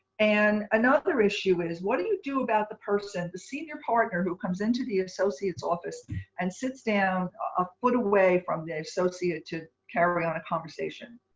and another issue is, what do you do about the person, the senior partner, who comes into the associate's office and sits down a foot away from the associate to carry on a conversation.